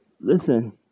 Listen